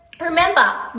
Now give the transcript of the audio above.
Remember